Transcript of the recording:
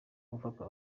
gufatwa